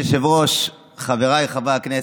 אדוני היושב-ראש, חבריי חברי הכנסת,